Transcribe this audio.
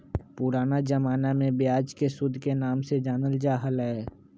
पुराना जमाना में ब्याज के सूद के नाम से जानल जा हलय